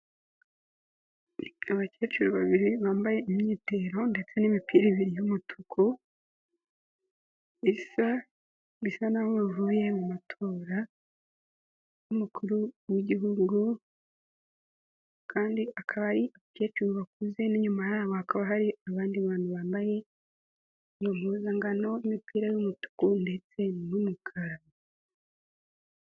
Abakecuru babiri bambaye imyitero ndetse n'imipira ibiri y'umutuku isa, bisa n'aho bivuye mu matora y'umukuru w'igihugu kandi akaba ari abakecuru bakuze, inyuma yabo hakaba hari abandi bantu bambaye impuzangano y'imipira y'umutuku ndetse n'umukara.